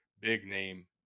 big-name